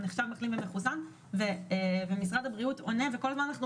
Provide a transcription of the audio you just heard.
הוא נחשב מחלים ומחוסן ומשרד הבריאות עונה וכל הזמן אנחנו